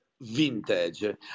vintage